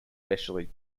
specially